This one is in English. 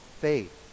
faith